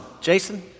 Jason